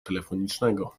telefonicznego